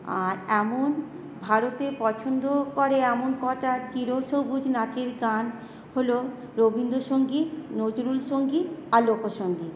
আর এমন ভারতে পছন্দও করে এমন কটা চিরসবুজ নাচের গান হলো রবীন্দ্র সংগীত নজরুল সংগীত আর লোক সংগীত